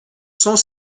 sont